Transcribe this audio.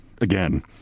again